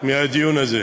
מהדיון הזה,